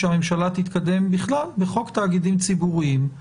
שהממשלה תתקדם בכלל בחוק תאגידים ציבוריים.